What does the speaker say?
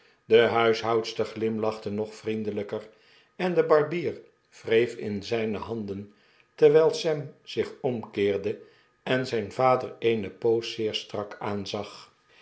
de huishoudster glimlachte nog vriendeliiker en de barbier wreef in zyne handen terwyl sam zich omkeerde en zyn vader eene poos zeer strak aanzag